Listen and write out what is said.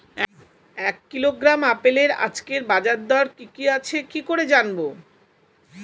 এক কিলোগ্রাম আপেলের আজকের বাজার দর কি কি আছে কি করে জানবো?